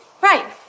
right